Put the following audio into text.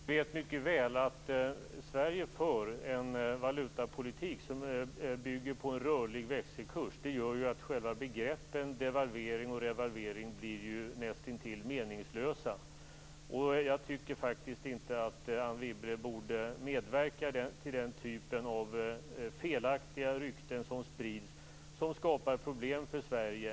Herr talman! Anne Wibble vet mycket väl att Sverige för en valutapolitik som bygger på en rörlig växelkurs. Det gör att själva begreppen devalvering och revalvering blir näst intill meningslösa. Jag tycker faktiskt inte att Anne Wibble borde medverka till den typen av felaktiga rykten som sprids och som skapar problem för Sverige.